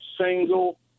single